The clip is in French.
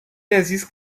existe